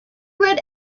red